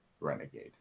renegade